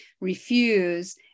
refuse